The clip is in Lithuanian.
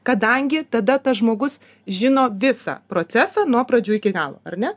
kadangi tada tas žmogus žino visą procesą nuo pradžių iki galo ar ne